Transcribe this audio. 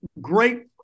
great